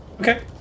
okay